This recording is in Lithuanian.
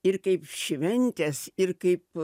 ir kaip šventės ir kaip